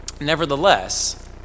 Nevertheless